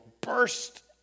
burst